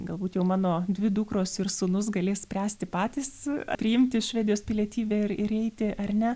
galbūt jau mano dvi dukros ir sūnus galės spręsti patys priimti švedijos pilietybę ir ir eiti ar ne